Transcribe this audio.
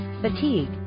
fatigue